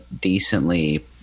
decently